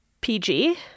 PG